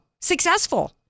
successful